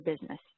business